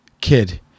kid